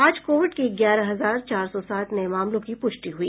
आज कोविड के ग्यारह हजार चार सौ सात नए मामलों की पुष्टि हुई